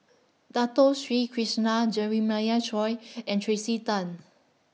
Dato Sri Krishna Jeremiah Choy and Tracey Tan